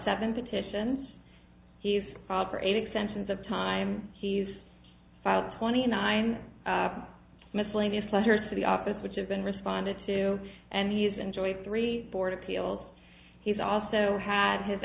seven petitions he's proper eight extensions of time he's filed twenty nine miscellaneous letters to the office which have been responded to and he's enjoyed three board appeals he's also had his